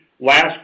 last